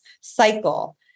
cycle